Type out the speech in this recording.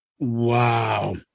Wow